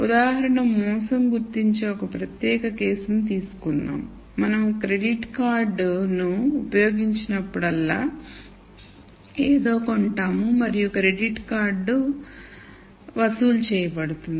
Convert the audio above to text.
ఉదాహరణకు మోసం గుర్తించే ఒక ప్రత్యేక కేసును తీసుకుందాం మన క్రెడిట్ కార్డును ఉపయోగించినప్పుడల్లా మనం ఏదో కొంటాము మరియు క్రెడిట్ కార్డు వసూలు చేయబడుతుంది